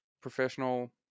professional